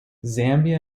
zambia